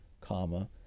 comma